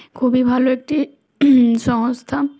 খুবই ভালো একটি সংস্থা